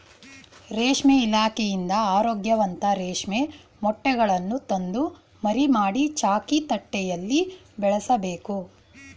ರೇಷ್ಮೆ ಇಲಾಖೆಯಿಂದ ಆರೋಗ್ಯವಂತ ರೇಷ್ಮೆ ಮೊಟ್ಟೆಗಳನ್ನು ತಂದು ಮರಿ ಮಾಡಿ, ಚಾಕಿ ತಟ್ಟೆಯಲ್ಲಿ ಬೆಳೆಸಬೇಕು